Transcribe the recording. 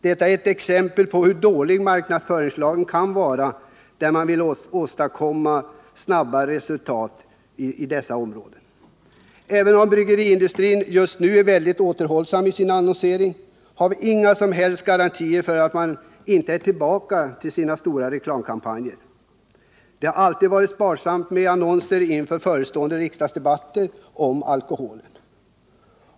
Detta är ett exempel på hur dålig marknadsföringslagen kan vara där man vill åstadkomma snabba resultat. Även om bryggeriindustrin just nu är väldigt återhållsam i sin annonsering, har vi inga som helst garantier för att man inte kommer tillbaka med stora reklamkampanjer. Det har alltid varit sparsamt med annonser inför förestående riksdagsdebatter om alkoholen.